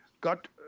got